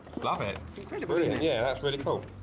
love it yeah that's pretty cool